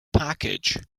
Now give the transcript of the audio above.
package